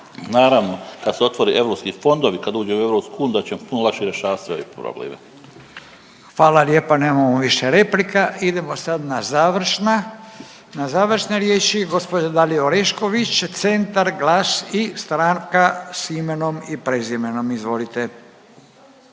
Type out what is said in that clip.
Naravno kad se otvore europski fondovi, kad uđemo u EU da ćemo puno lakše rješavati sve ove probleme. **Radin, Furio (Nezavisni)** Hvala lijepa. Nemamo više replika. Idemo sad na završna, na završne riječi. Gospođa Dalija Orešković, CENTAR, GLAS i Stranka sa imenom i prezimenom. Izvolite.